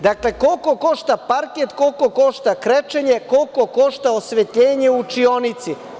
Dakle, koliko košta parket, koliko košta krečenje, koliko košta osvetljenje u učionici?